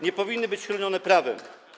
nie powinny być chronione prawem.